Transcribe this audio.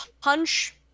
punch